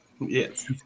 Yes